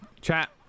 Chat